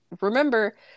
Remember